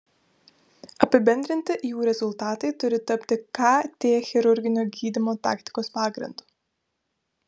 apibendrinti jų rezultatai turi tapti kt chirurginio gydymo taktikos pagrindu